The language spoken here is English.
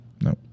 No